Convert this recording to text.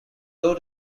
low